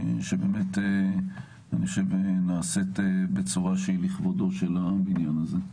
שבאמת נעשית בצורה שהיא לכבודו של הבניין הזה.